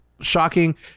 shocking